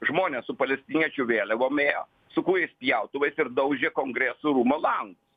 žmonės su palestiniečių vėliavom ėjo su kūjais pjautuvais ir daužė kongresų rūmų langus